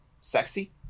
sexy